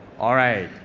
alright.